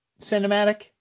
cinematic